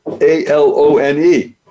A-L-O-N-E